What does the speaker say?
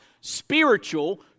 spiritual